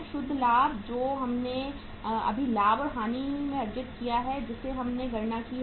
शुद्ध लाभ जो हमने अभी लाभ और हानि खाते में अर्जित किया है जिसकी हमने गणना की है